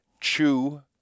chew